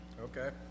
Okay